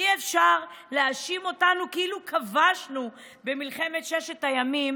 אי-אפשר להאשים אותנו כאילו כבשנו במלחמת ששת הימים